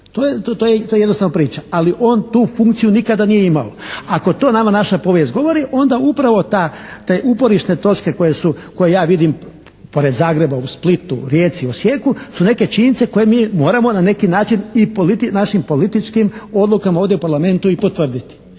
to je jednostavno priča, ali on tu funkciju nikada nije imao. Ako to nama naša povijest govori onda upravo te uporišne točke koje ja vidim pored Zagreba u Splitu, Rijeci, Osijeku su neke činjenice koje mi moramo na neki način i našim političkim odlukama ovdje u Parlamentu i potvrditi.